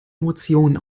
emotionen